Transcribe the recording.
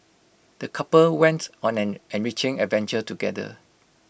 the couple wents on an enriching adventure together